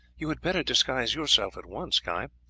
you had better disguise yourself at once, guy.